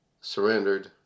surrendered